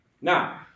Now